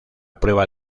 prueba